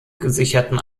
gesicherten